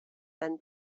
been